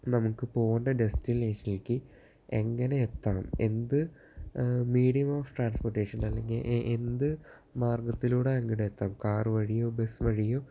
നമുക്ക് പോവേണ്ട ഡെസ്റ്റിനേഷനിലേക്ക് എങ്ങനെയെത്താം എന്ത് മീഡിയം ഓഫ് ട്രാന്സ്പോര്ട്ടേഷന് അല്ലെങ്കില് എന്ത് മാര്ഗത്തിലൂടെ അങ്ങോട്ടെത്താം കാര് വഴിയോ ബസ് വഴിയോ